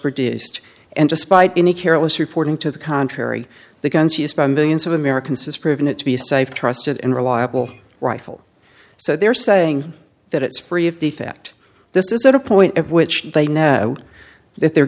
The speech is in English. produced and despite any careless reporting to the contrary the guns used by millions of americans is proving it to be a safe trusted and reliable rifle so they're saying that it's free of the fact this is a point at which they know that they're